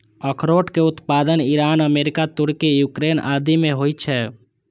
अखरोट के उत्पादन ईरान, अमेरिका, तुर्की, यूक्रेन आदि मे होइ छै